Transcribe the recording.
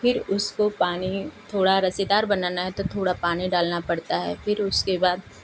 फिर उसको पानी थोड़ा रसदार बनाना है तो थोड़ा पानी डालना पड़ता है फिर उसके बाद